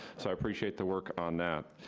so i appreciate the work on that.